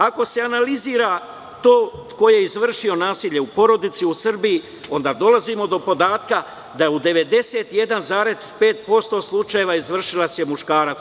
Ako se analizira to ko je izvršio nasilje u porodici u Srbiji, onda dolazimo do podatka da u 91,5% slučajeva je izvršilac muškarac.